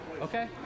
okay